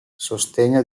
sostegno